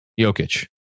Jokic